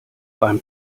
beim